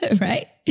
right